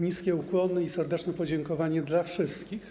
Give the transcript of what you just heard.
Niskie ukłony i serdeczne podziękowanie dla wszystkich.